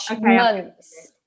months